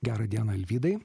gerą dieną alvydai